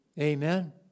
Amen